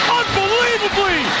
unbelievably